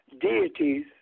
deities